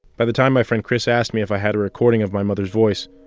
by the time my friend chris asked me if i had a recording of my mother's voice,